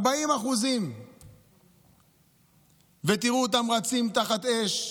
40%. ותראו אותם רצים תחת אש.